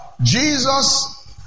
Jesus